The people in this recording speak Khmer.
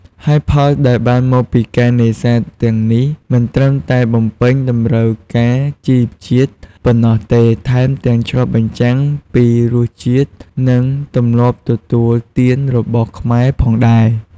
ហើយផលដែលបានមកពីការនេសាទទាំងនេះមិនត្រឹមតែបំពេញតម្រូវការជីវជាតិប៉ុណ្ណោះទេ ថែមទាំងឆ្លុះបញ្ចាំងពីរសជាតិ និងទម្លាប់ទទួលទានរបស់ខ្មែរផងដែរ។